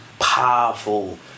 powerful